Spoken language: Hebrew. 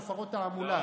אתם רוצים שופרות תעמולה.